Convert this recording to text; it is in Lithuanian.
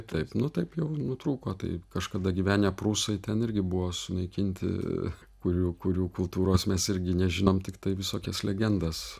taip nu taip jau nutrūko tai kažkada gyvenę prūsai ten irgi buvo sunaikinti kurių kurių kultūros mes irgi nežinom tiktai visokias legendas